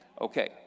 Okay